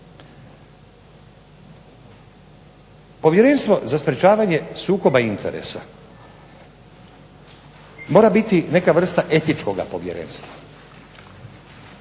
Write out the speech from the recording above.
Povjerenstvo za sprečavanje sukoba interesa mora biti neka vrsta etičkog povjerenstva.